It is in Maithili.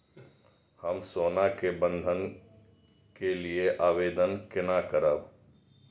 हम सोना के बंधन के लियै आवेदन केना करब?